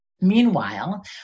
Meanwhile